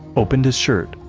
opened his shirt,